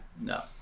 No